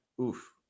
oof